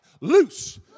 Loose